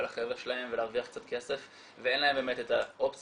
לחבר'ה שלהם ולהרוויח קצת כסף ואין להם באמת את האופציה